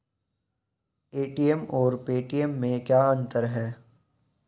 ATM और Paytm में क्या अंतर है?